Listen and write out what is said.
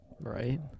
Right